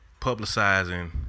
publicizing